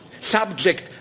subject